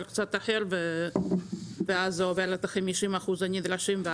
קצת אחר ואז זה עובר את ה-50% הנדרשים.